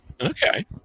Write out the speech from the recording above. Okay